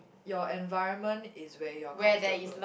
your environment is where you're comfortable